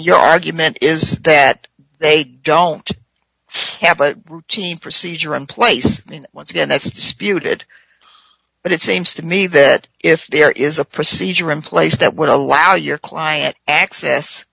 your argument is that they don't have a routine procedure in place and once again that's disputed but it seems to me that if there is a procedure in place that would allow your client access